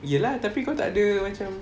ya lah tapi kau tak ada macam